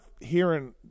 hearing